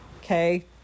okay